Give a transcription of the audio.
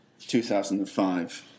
2005